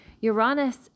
Uranus